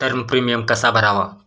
Term premium कसा भरावा?